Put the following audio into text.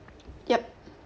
yup